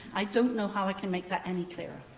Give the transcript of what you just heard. i don't know how i can make that any clearer.